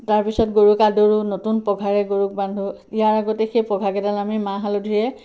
তাৰপিছত গৰুক আদৰোঁ নতুন পঘাৰে গৰুক বান্ধো ইয়াৰ আগতে সেই পঘাকেইডাল আমি মাহ হালধিৰে